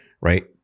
right